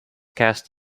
cast